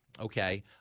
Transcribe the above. okay